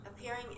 appearing